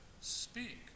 Speak